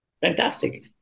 Fantastic